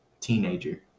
teenager